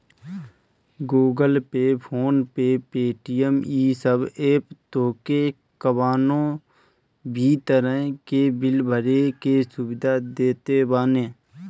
Google Pay, PhonePe, Paytm इ सब app तोहके कवनो भी तरही के बिल भरे के सुविधा देत बाने